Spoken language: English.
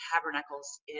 Tabernacles